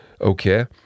okay